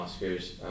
Oscars